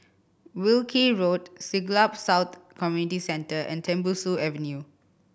Wilkie Road Siglap South Community Centre and Tembusu Avenue